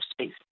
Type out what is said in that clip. space